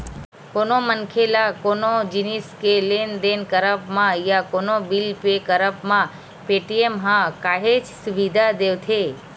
कोनो मनखे ल कोनो जिनिस के लेन देन करब म या कोनो बिल पे करब म पेटीएम ह काहेच सुबिधा देवथे